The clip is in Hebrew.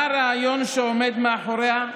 מה הרעיון שעומד מאחוריה?